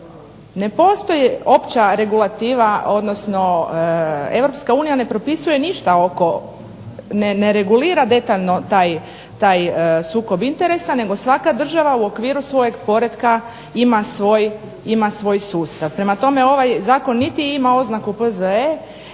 Ne postoji opća regulativa, odnosno EU ne propisuje ništa oko, ne regulira detaljno taj sukob interesa nego svaka država u okviru svojeg poretka ima svoj sustav. Prema tome, ovaj zakon niti ima oznaku P.Z.E.